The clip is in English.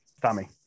Tommy